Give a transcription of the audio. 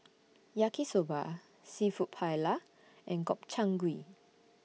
Yaki Soba Seafood Paella and Gobchang Gui